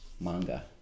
manga